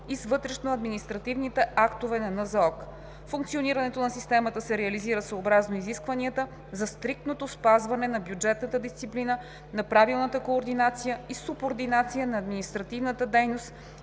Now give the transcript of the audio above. здравноосигурителна каса. Функционирането на системата се реализира съобразно изискванията за стриктното спазване на бюджетната дисциплина, на правилната координация и субординация на административната дейност